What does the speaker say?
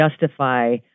justify